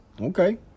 Okay